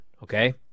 Okay